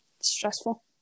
stressful